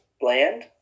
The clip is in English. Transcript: bland